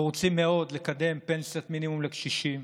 אנחנו רוצים מאוד לקדם פנסיית מינימום לקשישים,